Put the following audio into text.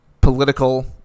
political